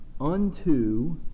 Unto